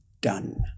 done